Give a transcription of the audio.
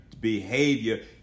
behavior